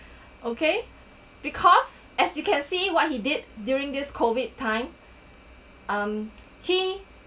okay because as you can see what he did during this COVID time um he